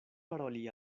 paroli